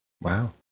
Wow